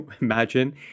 imagine